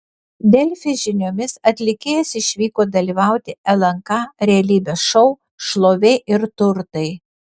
delfi žiniomis atlikėjas išvyko dalyvauti lnk realybės šou šlovė ir turtai